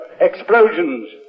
explosions